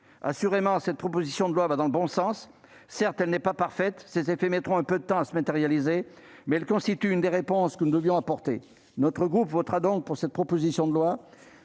Assurément, cette proposition de loi va dans le bon sens. Certes, elle n'est pas parfaite, ses effets mettront un peu de temps à se matérialiser, mais elle constitue une des réponses que nous devions apporter. Notre groupe votera donc cette proposition de loi.